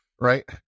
right